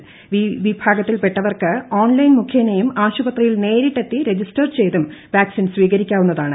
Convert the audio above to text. ഈ വിഭാഗത്തിൽപെട്ടവർക്ക് ഓൺലൈൻ മുഖേനയും ആശുപത്രിയിൽ നേരിട്ടെത്തി രജിസ്റ്റർ ചെയ്തും വാക് സിൻ സ്വീകരിക്കാവുന്നതാണ്